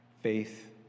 faith